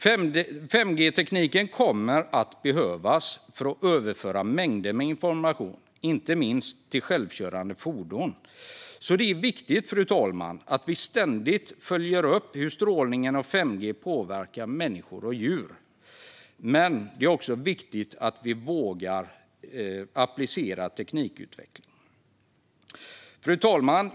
Då 5G-tekniken kommer att behövas för att överföra mängder av information, inte minst till självkörande fordon, är det viktigt att vi ständigt följer upp hur strålningen från 5G påverkar människor och djur. Men det är också viktigt att vi vågar applicera teknikutveckling. Fru talman!